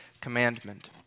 commandment